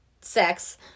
sex